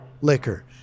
liquor